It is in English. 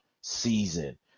season